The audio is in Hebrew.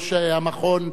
יושב-ראש המכון,